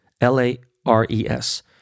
L-A-R-E-S